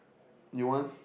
you want